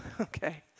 okay